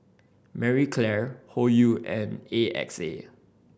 Marie Claire Hoyu and A X A